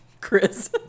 Chris